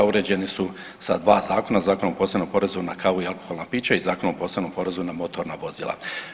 Uređeni su sa dva zakona, Zakonom o posebnom porezu na kavu i alkoholna pića i Zakonom o posebnom porezu na motorna vozila.